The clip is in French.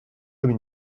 comme